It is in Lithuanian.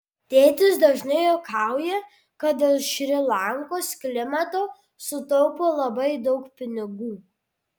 tėtis dažnai juokauja kad dėl šri lankos klimato sutaupo labai daug pinigų